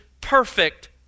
perfect